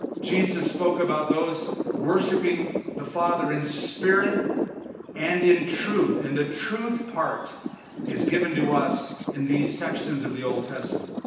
jesus spoke about those worshiping the father in spirit and in truth. and the truth part is given to us in these sections of the old testament,